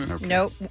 Nope